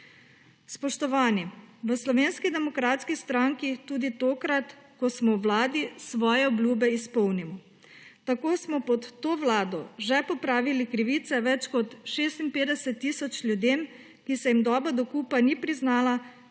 Spoštovani, v Slovenski demokratski stranki tudi tokrat, ko smo v Vladi, svoje obljube izpolnimo. Tako smo pod to vlado že popravili krivice več kot 56 tisoč ljudem, ki se jim doba dokupa ni priznala,